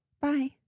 bye